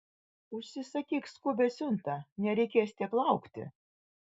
užsisakyk skubią siuntą nereikės tiek laukti